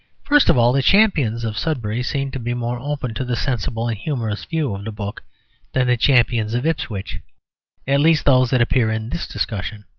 first of all, the champions of sudbury seem to be more open to the sensible and humorous view of the book than the champions of ipswich at least, those that appear in this discussion.